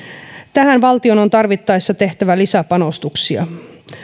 tähän valtion on tarvittaessa tehtävä lisäpanostuksia